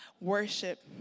worship